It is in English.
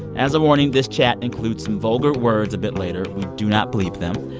as a warning, this chat includes some vulgar words a bit later. we do not bleep them.